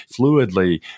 fluidly